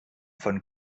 von